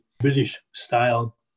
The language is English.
British-style